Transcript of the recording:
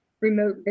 remote